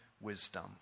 wisdom